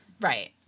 Right